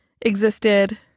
existed